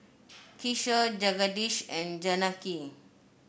Kishore Jagadish and Janaki